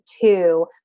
two